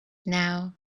now